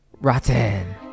ROTTEN